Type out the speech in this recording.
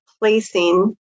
placing